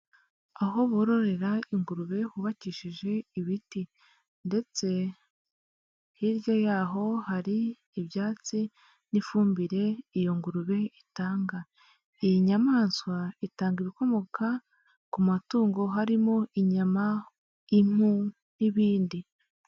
Aho bororera ingurube hubakishije ibiti ndetse hirya y'aho hari ibyatsi n'ifumbire iyo ngurube itanga, iyi nyamaswa itanga ibikomoka ku matungo harimo inyama, impu n'ibindi.